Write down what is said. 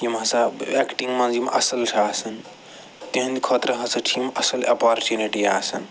یِم ہَسا اٮ۪کٹنٛگ منٛز یِم اصٕل چھِ آسان تِہنٛدِ خٲطرٕ ہَسا چھِ یِم اصٕل اٮ۪پارچُنِٹی آسان